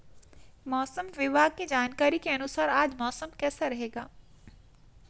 मौसम विभाग की जानकारी के अनुसार आज मौसम कैसा रहेगा?